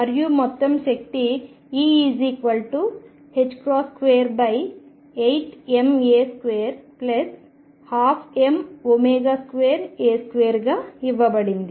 మరియు మొత్తం శక్తి E 28ma212m2a2 గా ఇవ్వబడింది